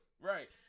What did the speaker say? Right